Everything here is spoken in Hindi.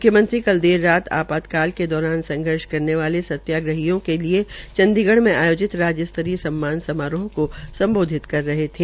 मुख्यमंत्री कल देर रात आपातकाल के दौरान संघर्ष करने वाले सत्यग्राहियों के लिये चंडीगढ़ में आयोजित राज्य स्तरीय सम्मान समारोह को सम्बोधित कर रहे थे